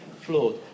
flawed